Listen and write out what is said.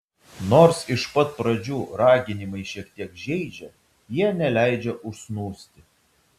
nors iš pat pradžių raginimai šiek tiek žeidžia jie neleidžia užsnūsti